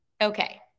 Okay